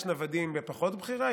יש נוודים מפחות בחירה,